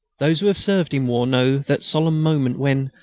those who have served in war know that solemn moment when,